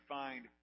find